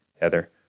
Heather